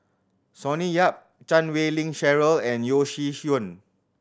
Sonny Yap Chan Wei Ling Cheryl and Yeo Shih Yun